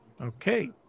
Okay